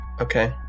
Okay